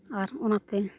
ᱟᱨ ᱚᱱᱟᱛᱮ